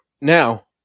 Now